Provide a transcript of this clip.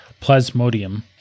Plasmodium